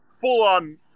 full-on